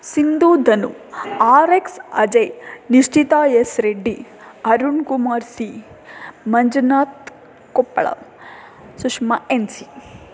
Sindhu Dhanu R X Ajay Nishchita S Reddy Arun Kumar C Manjunath Koppal Sushma N C